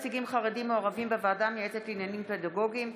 נציגים חרדים או ערבים בוועדה המייעצת לעניינים פדגוגיים.